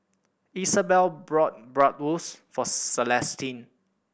Isabel bought Bratwurst for Celestine